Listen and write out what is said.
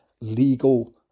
legal